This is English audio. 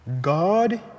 God